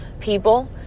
people